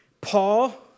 Paul